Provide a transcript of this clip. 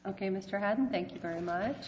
ok mr hadn't thank you very much